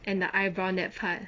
and the eyebrow that part